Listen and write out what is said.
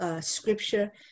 scripture